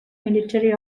military